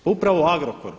Pa upravo Agrokor.